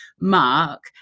mark